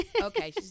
okay